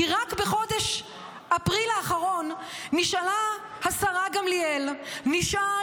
כי רק בחודש אפריל האחרון נשאלה השרה גמליאל ונשאל